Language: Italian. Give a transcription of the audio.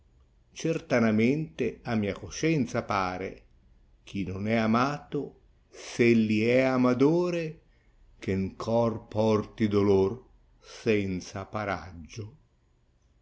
gertanamente a mia coscienza pare chi non è amato s elli è amadore ghe'n cor porti dolor senza paraggio